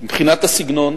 מבחינת הסגנון,